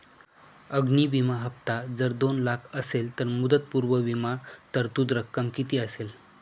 अग्नि विमा हफ्ता जर दोन लाख असेल तर मुदतपूर्व विमा तरतूद रक्कम किती असेल?